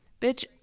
Bitch